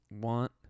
want